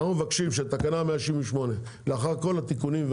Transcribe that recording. שאנחנו מבקשים שתקנה 168 לאחר כל התיקונים,